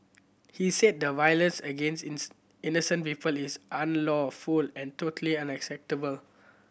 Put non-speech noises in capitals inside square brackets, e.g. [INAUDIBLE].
he said the violence against [UNINTELLIGIBLE] innocent people is unlawful and totally unacceptable